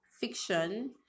fiction